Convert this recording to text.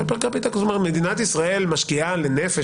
אבל פר קפיטה מדינת ישראל משקיעה לנפש